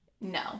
no